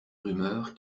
rumeur